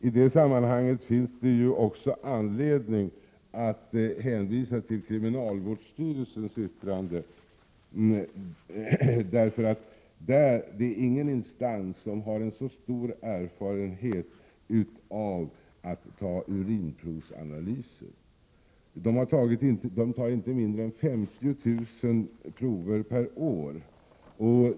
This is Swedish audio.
I detta sammanhang finns det anledning att hänvisa till kriminalvårdsstyrelsens yttrande. Det finns ingen annan instans som har så stor erfarenhet av att göra urinprovsanalyser. De tar inte mindre än 50 000 prov per år.